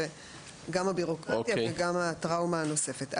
לעבור ביורוקרטיה וטראומה הנוספת.